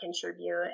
contribute